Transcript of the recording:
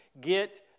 get